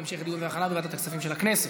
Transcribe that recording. להמשך דיון והכנה בוועדת הכספים של הכנסת.